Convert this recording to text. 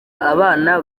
abana